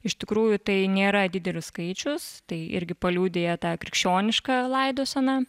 iš tikrųjų tai nėra didelis skaičius tai irgi paliudija tą krikščionišką laidoseną